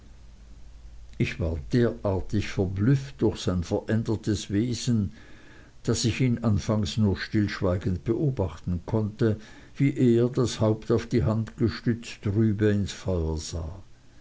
ich war derartig verblüfft durch sein verändertes wesen daß ich ihn anfangs nur stillschweigend beobachten konnte wie er das haupt auf die hand gestützt trübe ins feuer sah